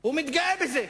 הוא מתגאה בזה.